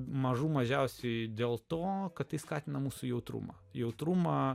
mažų mažiausiai dėl to kad tai skatina mūsų jautrumą jautrumą